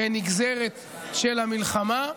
שהן נגזרת של המלחמה.